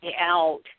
out